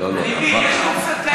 אני אשמח לתרגם,